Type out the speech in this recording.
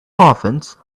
offense